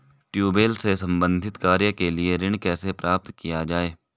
Tubewell से संबंधित कार्य के लिए ऋण कैसे प्राप्त किया जाए?